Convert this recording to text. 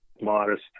modest